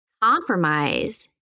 compromise